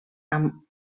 amb